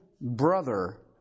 brother